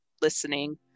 listening